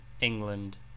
England